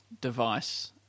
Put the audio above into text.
device